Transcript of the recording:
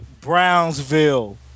Brownsville